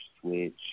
Switch